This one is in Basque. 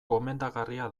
gomendagarria